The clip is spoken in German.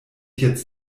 jetzt